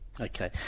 Okay